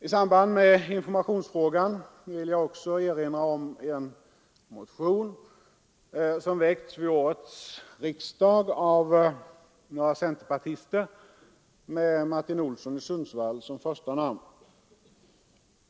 I samband med informationsfrågan vill jag också erinra om en motion som väckts vid årets riksdag av några centerpartister med Martin Olsson i Sundsvall som första namn.